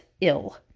ill